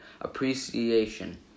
appreciation